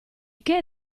che